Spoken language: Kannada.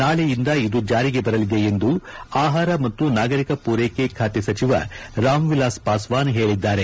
ನಾಳೆಯಿಂದ ಇದು ಜಾರಿಗೆ ಬರಲಿದೆ ಎಂದು ಆಹಾರ ಮತ್ತು ನಾಗರಿಕ ಪೂರೈಕೆ ಖಾತೆ ಸಚಿವ ರಾಮವಿಲಾಸ್ ಪಾಸ್ವನ್ ಹೇಳಿದ್ದಾರೆ